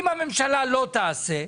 אם הממשלה לא תעשה,